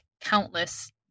countless